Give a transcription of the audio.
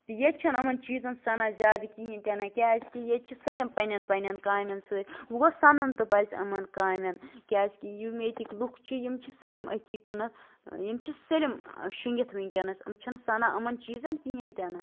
ییٚتہِ چھےٚ نہٕ یِمَن چیٖزن سَنان زیادٕ کِہینۍ تہِ نہٕ کیازِ کہ ییٚتہِ چھِ سٲلِم پَنٕنین پَنٕنین کامین سۭتۍ وۄنۍ گوٚو سَنُن تہِ پَزِ یِمَن کامین کیازِ کہِ یِم ییٚتِکۍ لُکھ چھِ یِم چھِ سٲلِم أتھی کُنَتھ یِم چھِ سٲلِم شٔنگِتھ ؤنکینَس یِم چھِنہٕ سَنان یِمَن چیٖزَن کِہینۍ تہِ نہٕ